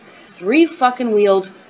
three-fucking-wheeled